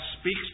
speaks